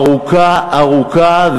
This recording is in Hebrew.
ארוכה ארוכה,